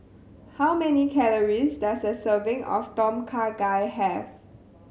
how many calories does a serving of Tom Kha Gai have